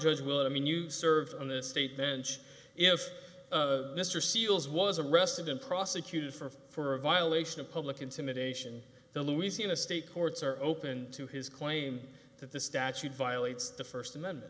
george will i mean you serve on the state bench if mr seales was arrested and prosecuted for for a violation of public intimidation the louisiana state courts are open to his claim that the statute violates the first amendment